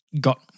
got